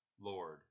Lord